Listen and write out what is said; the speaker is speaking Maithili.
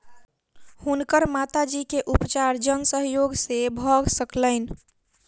हुनकर माता जी के उपचार जन सहयोग से भ सकलैन